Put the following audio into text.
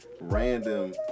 random